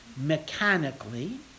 Mechanically